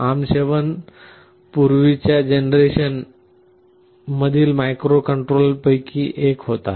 ARM 7 पूर्वीच्या generation मधील मायक्रोकंट्रोलरपैकी एक होता